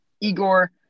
Igor